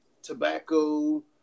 tobacco